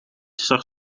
zag